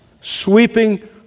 sweeping